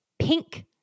pink